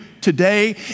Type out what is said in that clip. today